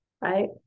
right